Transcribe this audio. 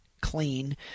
clean